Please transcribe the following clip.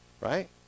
right